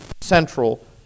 central